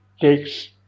takes